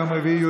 יום רביעי,